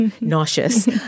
nauseous